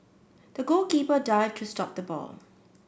the goalkeeper dived to stop the ball